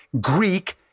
Greek